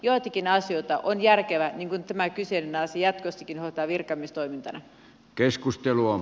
joitakin asioita on järkevää niin kuin tämä kyseinen asia jatkossakin hoitaa virkamiestoimintana